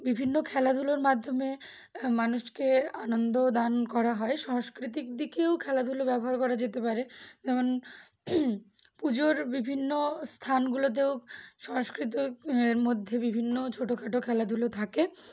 বিভিন্ন খেলাধুলোর মাধ্যমে মানুষকে আনন্দ দান করা হয় সাস্কৃতিক দিকেও খেলাধুলো ব্যবহার করা যেতে পারে যেমন পুজোর বিভিন্ন স্থানগুলোতেও সংস্কৃত এর মধ্যে বিভিন্ন ছোটোখাটো খেলাধুলো থাকে